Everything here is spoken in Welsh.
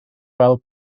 fel